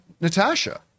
Natasha